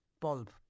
bulb